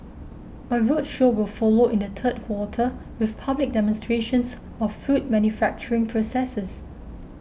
a roadshow will follow in the third quarter with public demonstrations of food manufacturing processes